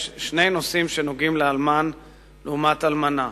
יש שני נושאים שנוגעים לאלמן לעומת אלמנה.